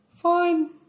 Fine